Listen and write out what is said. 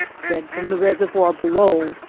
fed from the reservoir below,